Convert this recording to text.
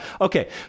Okay